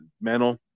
mental